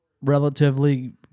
relatively